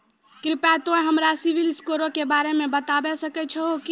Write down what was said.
कृपया तोंय हमरा सिविल स्कोरो के बारे मे बताबै सकै छहो कि?